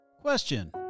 Question